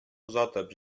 озатып